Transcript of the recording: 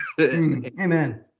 amen